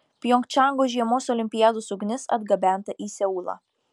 pjongčango žiemos olimpiados ugnis atgabenta į seulą